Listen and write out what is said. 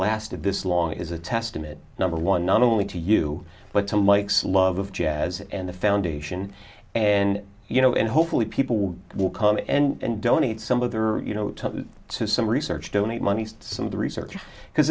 lasted this long is a testament number one not only to you but to mike's love of jazz and the foundation and you know and hopefully people will come and donate some of their you know to some research donate money to some of the research because